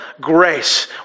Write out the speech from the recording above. grace